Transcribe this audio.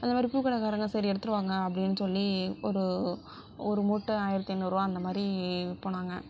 அதை மாதிரி பூ கடைகாரங்க சரி எடுத்துட்டு வாங்க அப்படினு சொல்லி ஒரு ஒரு மூட்டை ஆயிரத்தி நூறு ரூபாய் அந்தமாதிரி விற்போம்னாங்க